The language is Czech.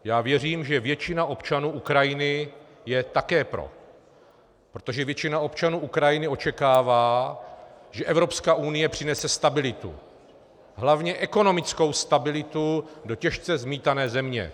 Já věřím, že většina občanů Ukrajiny je také pro, protože většina občanů Ukrajiny očekává, že Evropská unie přinese stabilitu hlavně ekonomickou stabilitu do těžce zmítané země.